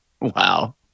Wow